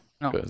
No